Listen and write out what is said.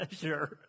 Sure